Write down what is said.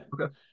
Okay